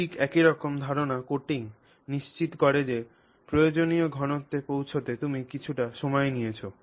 ঠিক একই রকম ধারণা coating নিশ্চিত করে যে প্রয়োজনীয় ঘনত্বে পৌঁছতে তুমি কিছুটা সময় নিয়েছ